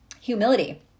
Humility